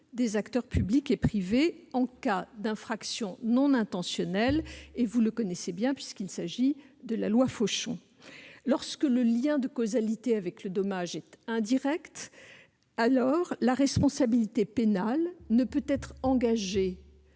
des acteurs publics et privés en cas d'infraction non intentionnelle. Vous connaissez bien ce dispositif, puisqu'il s'agit de la loi Fauchon : lorsque le lien de causalité avec le dommage est indirect, la responsabilité pénale ne peut être engagée